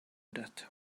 that